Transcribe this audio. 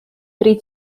three